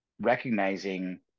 recognizing